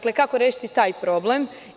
Kako rešiti taj problem.